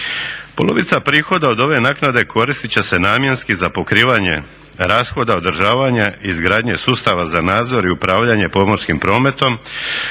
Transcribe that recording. Polovica prihoda od ove naknade koristit će se namjenski za pokrivanje rashoda održavanja i izgradnje sustava za nadzor i upravljanje pomorskim prometom